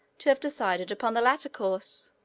to have decided upon the latter course.